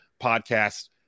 podcast